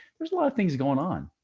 there's a lot of things going on.